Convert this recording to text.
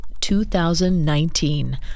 2019